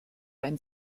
ein